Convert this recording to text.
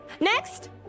Next